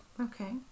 Okay